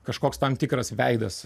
kažkoks tam tikras veidas